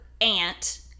aunt